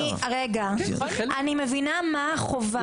אני מבינה מה החובה.